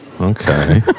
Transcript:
Okay